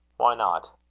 why not?